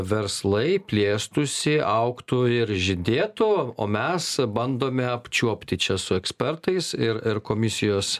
verslai plėstųsi augtų ir žydėtų o mes bandome apčiuopti čia su ekspertais ir ir komisijos